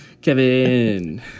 kevin